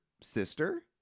sister